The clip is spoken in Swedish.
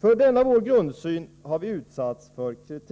För denna vår grundsyn har vi utsatts för kritik.